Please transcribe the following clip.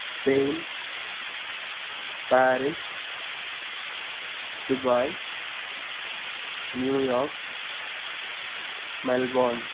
Spain Paris Dubai New York Melbourne